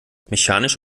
mechanisch